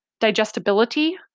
digestibility